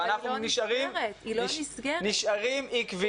ואנחנו נשארים עקביים.